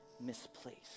misplaced